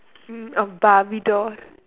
hmm or barbie doll